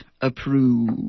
approve